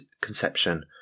conception